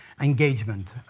engagement